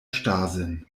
starrsinn